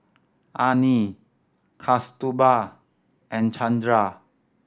Anil Kasturba and Chandra